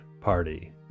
party